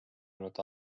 olnud